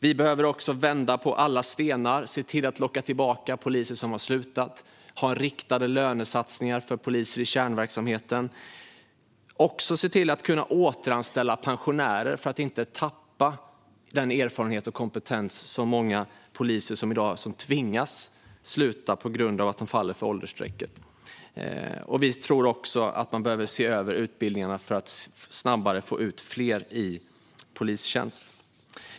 Vi behöver också vända på alla stenar - se till att locka tillbaka poliser som har slutat, ha riktade lönesatsningar för poliser i kärnverksamheten och kunna återanställa pensionärer för att inte tappa den erfarenhet och kompetens som finns hos många poliser som i dag tvingas sluta på grund av att de faller för åldersstrecket. Vi tror också att man behöver se över utbildningarna för att snabbare få ut fler i polistjänst.